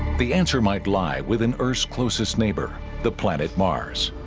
the answer might lie within earth's closest neighbor the planet mars